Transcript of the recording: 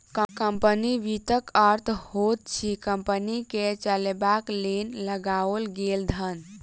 company वित्तक अर्थ होइत अछि कम्पनी के चलयबाक लेल लगाओल गेल धन